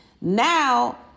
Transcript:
Now